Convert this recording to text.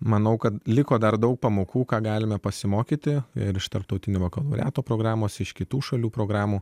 manau kad liko dar daug pamokų ką galime pasimokyti ir iš tarptautiniame programos iš kitų šalių programų